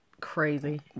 Crazy